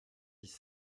dix